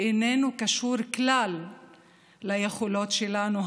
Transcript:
איננו קשור כלל ליכולות שלנו,